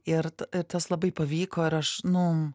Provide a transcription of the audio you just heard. ir tas labai pavyko ir aš nu